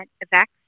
effects